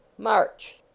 march!